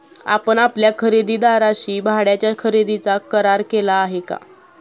आपण आपल्या खरेदीदाराशी भाड्याच्या खरेदीचा करार केला आहे का?